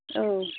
औ